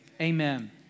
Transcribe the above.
amen